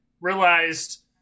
realized